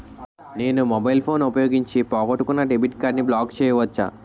నేను mobile phone ఉపయోగించి పోగొట్టుకున్న డెబిట్ కార్డ్ని బ్లాక్ చేయవచ్చా?